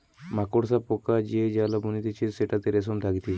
মাকড়সা পোকা যে জাল বুনতিছে সেটাতে রেশম থাকতিছে